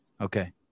Okay